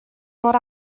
mor